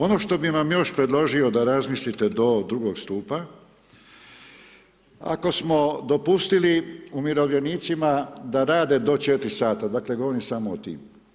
Ono što bih vam još predložio da razmislite do drugog stupa, ako smo dopustili umirovljenicima da rade do 4 sata, dakle, govorim samo o tim.